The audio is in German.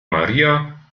maria